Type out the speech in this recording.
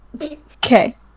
Okay